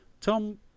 Tom